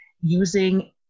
using